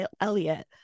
elliot